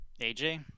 AJ